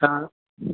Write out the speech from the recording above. हा